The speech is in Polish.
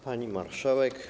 Pani Marszałek!